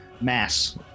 mass